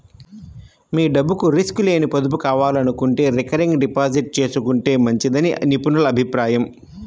మీ డబ్బుకు రిస్క్ లేని పొదుపు కావాలనుకుంటే రికరింగ్ డిపాజిట్ చేసుకుంటే మంచిదని నిపుణుల అభిప్రాయం